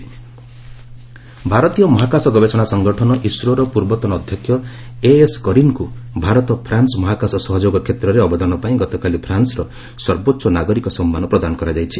ISRO France ଭାରତୀୟ ମହାକାଶ ଗବେଷଣା ସଂଗଠନ ଇସ୍ରୋର ପୂର୍ବତନ ଅଧ୍ୟକ୍ଷ ଏଏସ୍ କୀରନ୍ଙ୍କୁ ଭାରତ ଫ୍ରାନ୍ସ ମହାକାଶ ସହଯୋଗ କ୍ଷେତ୍ରରେ ଅବଦାନ ପାଇଁ ଗତକାଲି ଫ୍ରାନ୍ନର ସର୍ବୋଚ୍ଚ ନାଗରିକ ସମ୍ମାନ ପ୍ରଦାନ କରାଯାଇଛି